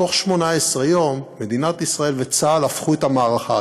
בתוך 18 יום מדינת ישראל וצה"ל הפכו את המערכה.